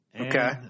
Okay